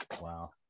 wow